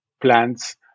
plants